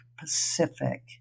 Pacific